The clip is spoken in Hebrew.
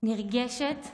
נרגשת וגאה.